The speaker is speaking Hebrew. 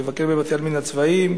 לבקר בבתי-העלמין הצבאיים,